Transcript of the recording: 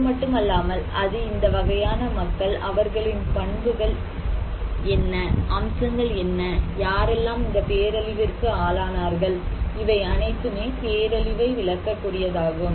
அதுமட்டுமல்லாமல் அது இந்த வகையான மக்கள் அவர்களின் பண்புகள் என்ன அம்சங்கள் என்ன யாரெல்லாம் இந்த பேரழிவிற்கு ஆளானார்கள் இவை அனைத்துமே பேரழிவை விளக்க கூடியதாகும்